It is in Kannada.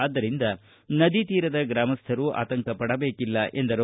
ಆದ್ದರಿಂದ ನದಿತೀರದ ಗ್ರಾಮಸ್ದರು ಆತಂಕಪಡಬೇಕಿಲ್ಲ ಎಂದರು